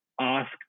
ask